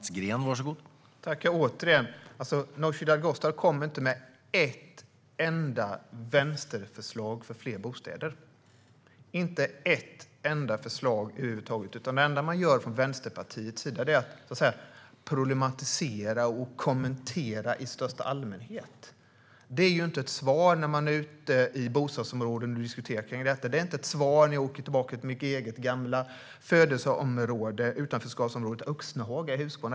Herr talman! Nooshi Dadgostar kom inte med ett enda vänsterförslag för fler bostäder, inte ett enda förslag över huvud taget. Det enda man gör från Vänsterpartiets sida är att problematisera och kommentera i största allmänhet. Det är ju inget svar när man är ute i bostadsområden och diskuterar detta. Det är inte ett svar när jag åker tillbaka till mitt eget gamla födelseområde, utanförskapsområdet Öxnahaga i Huskvarna.